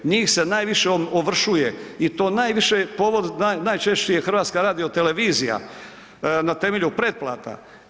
Njih se najviše ovršuje i to najviše povod, najčešće je HRT na temelju pretplata.